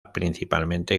principalmente